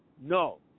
No